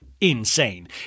insane